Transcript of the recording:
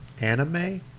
anime